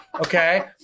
okay